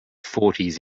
forties